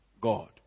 God